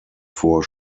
vor